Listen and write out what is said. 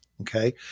Okay